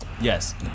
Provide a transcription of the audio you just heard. Yes